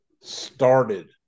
started